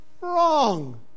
wrong